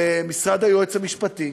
במשרד היועץ המשפטי,